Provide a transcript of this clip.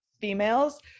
females